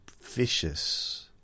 vicious